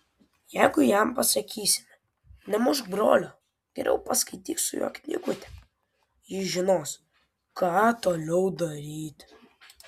jeigu jam pasakysime nemušk brolio geriau paskaityk su juo knygutę jis žinos ką toliau daryti